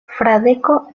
fradeko